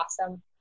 awesome